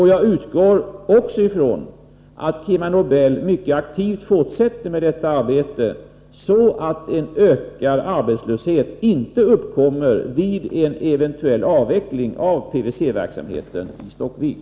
Jag utgår också från att KemaNobel mycket aktivt fortsätter med detta arbete så att en ökad arbetslöshet inte uppkommer vid en eventuell avveckling av pyc-verksamheten i Stockvik.